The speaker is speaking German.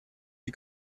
die